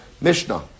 Mishnah